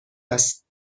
است